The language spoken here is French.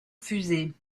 fusées